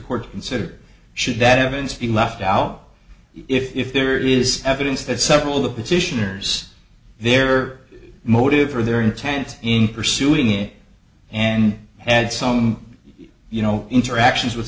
court consider should that evidence be left out if there is evidence that several of the petitioners their motive or their intent in pursuing and had some you know interactions with